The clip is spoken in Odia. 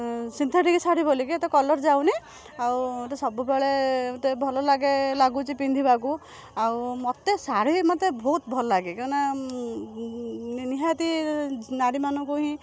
ସିନ୍ଥେଟିକ୍ ଶାଢ଼ୀ ବୋଲିକି ଏତେ କଲର୍ ଯାଉନି ଆଉ ତ ସବୁବେଳେ ମୋତେ ଭଲଲାଗେ ଲାଗୁଛି ପିନ୍ଧିବାକୁ ଆଉ ମୋତେ ଶାଢ଼ୀ ମୋତେ ବହୁତ ଭଲଲାଗେ କାହିଁକିନା ନି ନିହାତି ନାରୀମାନଙ୍କୁ ହିଁ